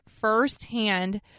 firsthand